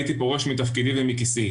הייתי פורש מתפקידי ומכיסי.